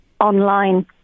online